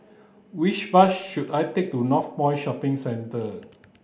which bus should I take to Northpoint Shopping Centre